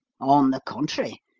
on the contrary.